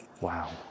Wow